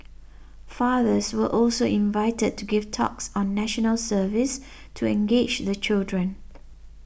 fathers were also invited to give talks on National Service to engage the children